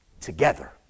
together